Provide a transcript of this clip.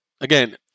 again